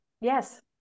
Yes